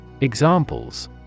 Examples